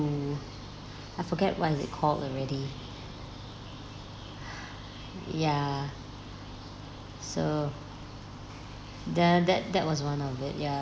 two I forget what is it called already ya so the that that was one of it ya